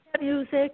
music